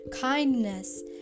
kindness